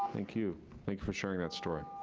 thank you like for sharing that story.